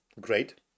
great